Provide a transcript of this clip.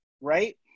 right